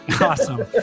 Awesome